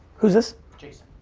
who's this? jason.